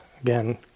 again